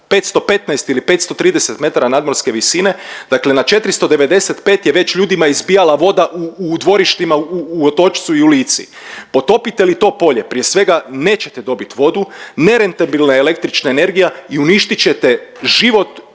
515 ili 530 metara nadmorske visine dakle na 495 je već ljudima izbijala voda u dvorištima u Otočcu i u Lici. Potopite li to polje, prije svega nećete dobiti vodu, nerentabilna je električna energija i uništit ćete život